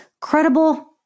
credible